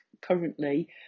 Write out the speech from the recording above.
currently